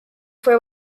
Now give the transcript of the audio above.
fue